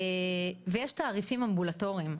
בנוסף יש תעריפים אמבולטוריים,